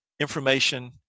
information